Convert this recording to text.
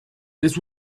this